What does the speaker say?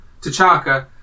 T'Chaka